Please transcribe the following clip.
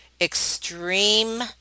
extreme